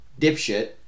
dipshit